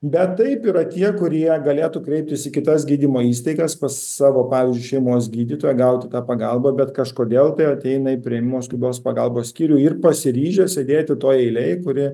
bet taip yra tie kurie galėtų kreiptis į kitas gydymo įstaigas pas savo pavyzdžiui šeimos gydytoją gauti pagalbą bet kažkodėl tai ateina į priėmimo skubios pagalbos skyrių ir pasiryžęs sėdėti toj eilėj kuri